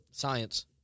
Science